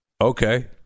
Okay